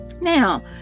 now